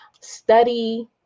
study